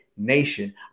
nation